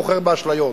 מוכר אשליות.